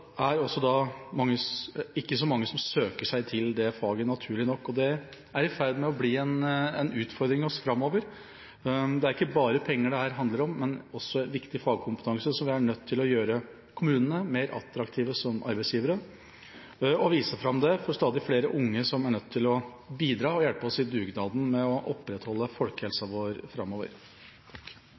i ferd med å bli en utfordring framover. Dette handler ikke bare om penger, men også om viktig fagkompetanse. Vi er nødt til å gjøre kommunene mer attraktive som arbeidsgivere og vise dette fram for stadig flere unge som er nødt til å bidra og hjelpe oss i dugnaden med å opprettholde folkehelsa vår framover. Takk